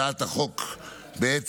הצעת החוק מתאימה,